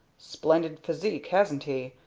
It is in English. splendid physique, hasn't he?